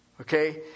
Okay